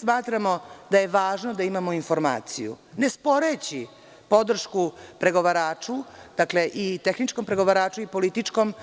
Smatramo da je važno da imamo informaciju, ne sporeći podršku pregovaraču, i tehničkom i političkom